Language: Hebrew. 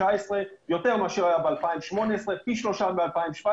כל זה לא פורסם לציבור.